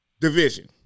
division